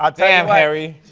um damn, harry.